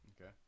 okay